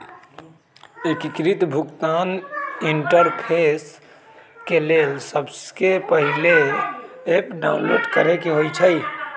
एकीकृत भुगतान इंटरफेस के लेल सबसे पहिले ऐप डाउनलोड करेके होइ छइ